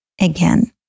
again